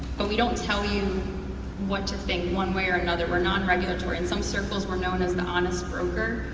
but we don't tell you what to think one way or another. we're non regulatory, in some circles we're known as the honest broker.